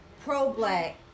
pro-black